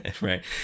right